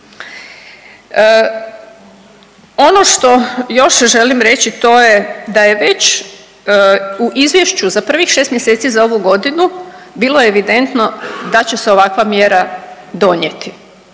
Ono što još želim reći, to je da je već u izvješću za prvih 6 mjeseci za ovu godinu bilo evidentno da će se ovakva mjera donijeti